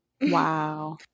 Wow